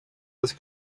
das